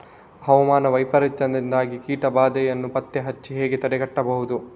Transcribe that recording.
ಹವಾಮಾನ ವೈಪರೀತ್ಯದಿಂದಾಗಿ ಕೀಟ ಬಾಧೆಯನ್ನು ಪತ್ತೆ ಹಚ್ಚಿ ಹೇಗೆ ತಡೆಗಟ್ಟಬಹುದು?